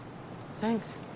Thanks